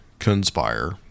conspire